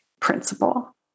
principle